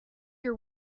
your